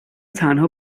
تنها